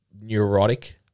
neurotic